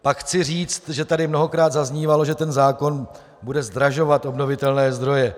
Pak chci říct, že tady mnohokrát zaznívalo, že ten zákon bude zdražovat obnovitelné zdroje.